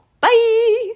Bye